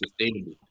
sustainable